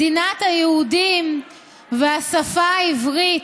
מדינת היהודים והשפה העברית,